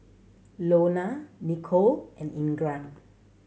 Lona Nichole and Ingram